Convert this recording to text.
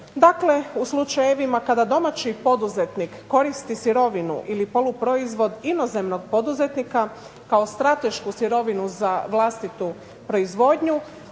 Dakle, u slučajevima kada domaći poduzetnik koristi sirovinu ili poluproizvod inozemnog poduzetnika kao stratešku sirovinu za vlastitu proizvodnju